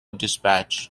dispatch